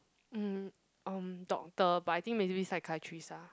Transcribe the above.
mm um doctor but I think maybe psychiatrist ah